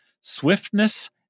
swiftness